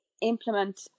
implement